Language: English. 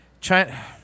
China